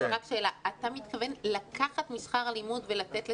אתה מתכוון לקחת משכר הלימוד ולתת לסטודנטים?